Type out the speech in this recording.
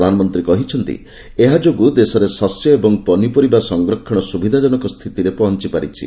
ପ୍ରଧାନମନ୍ତ୍ରୀ କହିଛନ୍ତି ଏହା ଯୋଗୁଁ ଦେଶରେ ଶସ୍ୟ ଏବଂ ପନିପରିବା ସଂରକ୍ଷଣ ସୁବିଧାଜନକ ସ୍ଥିତିରେ ପହଞ୍ଚିପାରିଛି